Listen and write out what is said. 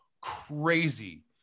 crazy